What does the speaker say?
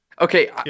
Okay